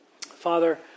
Father